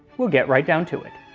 we'll get right down to it.